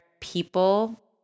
people